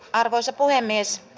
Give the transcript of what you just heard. arvoisa puhemies